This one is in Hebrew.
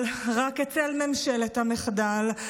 אבל רק אצל ממשלת המחדל,